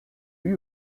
lui